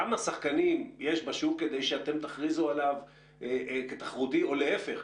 כמה שחקנים יש בשוק כדי שאתם תכריזו עליו כתחרותי או להיפך,